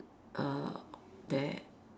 err there